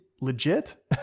legit